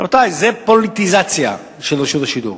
רבותי, זו פוליטיזציה של רשות השידור,